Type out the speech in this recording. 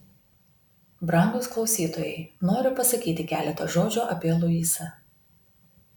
brangūs klausytojai noriu pasakyti keletą žodžių apie luisą